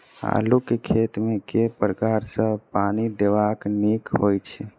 आलु केँ खेत मे केँ प्रकार सँ पानि देबाक नीक होइ छै?